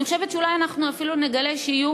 אני חושבת שאולי אנחנו אפילו נגלה שיהיו